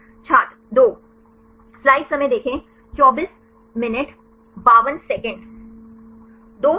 छात्र 2 दो सही